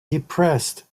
depressed